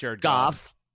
Goff